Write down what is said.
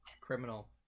criminal